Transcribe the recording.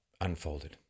unfolded